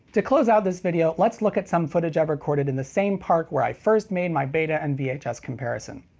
to close out this video, let's look at some footage i recorded in the same park where i first made my beta and vhs comparison.